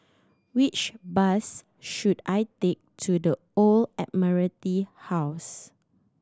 which bus should I take to The Old Admiralty House